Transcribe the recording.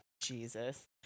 Jesus